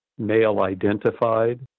male-identified